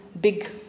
big